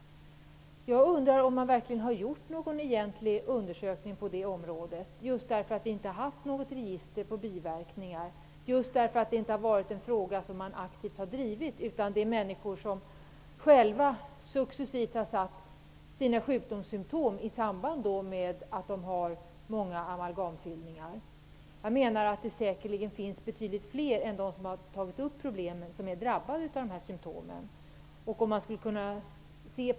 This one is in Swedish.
Jag undrar om det har genomförts någon egentlig undersökning på det området, just därför att det inte har funnits något register på biverkningar och just därför att det inte har varit en fråga som aktivt har drivits. Det är människorna själva som successivt har satt sina sjukdomssymtom i samband med många amalgamfyllningar. Jag menar att det säkerligen finns betydligt fler än dem som har tagit upp problemen som är drabbade av dessa symtom.